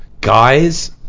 Guys